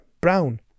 brown